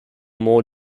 more